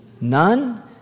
None